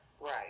Right